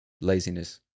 laziness